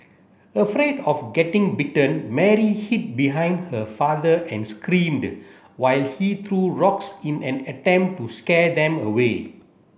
afraid of getting bitten Mary hid behind her father and screamed while he threw rocks in an attempt to scare them away